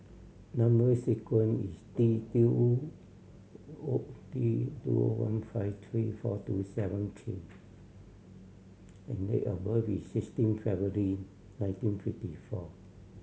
number sequence is T T O O T T O one five three four two seven K and date of birth is sixteen February nineteen fifty four